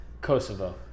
Kosovo